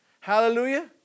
Hallelujah